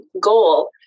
goal